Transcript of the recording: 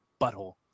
butthole